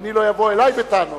שאדוני לא יבוא אלי בטענות.